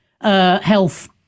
health